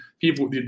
people